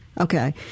Okay